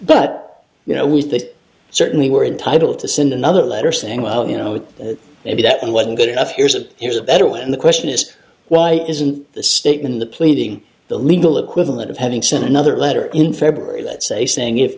but you know we certainly were entitled to send another letter saying well you know it may be that and wasn't good enough here's a here's a better one and the question is why isn't the statement in the pleading the legal equivalent of having sent another letter in february let's say saying i